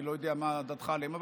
אני לא יודע מה דעתך עליהם,